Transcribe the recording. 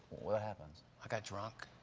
what happens? i got drunk.